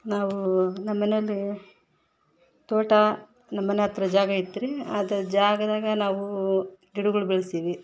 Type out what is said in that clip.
ನಾವು ನಮ್ಮ ಮನೇಲಿ ತೋಟ ನಮ್ಮಮನೆ ಹತ್ರ ಜಾಗ ಐತ್ರಿ ಅದು ಜಾಗದಾಗ ನಾವು ಗಿಡುಗಳ್ ಬೆಳ್ಸಿವಿ